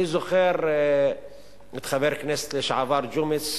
אני זוכר את חבר הכנסת לשעבר ג'ומס,